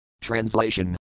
Translation